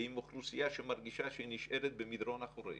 ועם אוכלוסייה שמרגישה שנשארת במדרון האחורי.